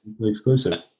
exclusive